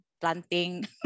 planting